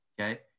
okay